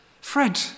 Fred